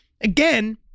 again